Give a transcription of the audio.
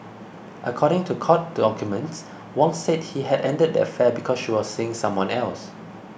according to court documents Wong said he had ended the affair because she was seeing someone else